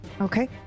Okay